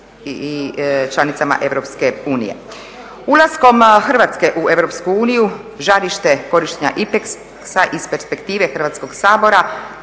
i članicama EU. Ulaskom Hrvatske u EU žarište korištenja IPEKS-a iz perspektive Hrvatskog sabora